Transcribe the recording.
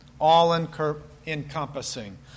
all-encompassing